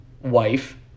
wife